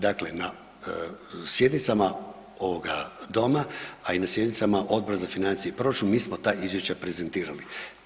Dakle, na sjednicama ovoga doma, a i na sjednicama Odbora za financije i proračun mi smo ta izvješća prezentirali.